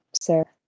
sir